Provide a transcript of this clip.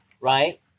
right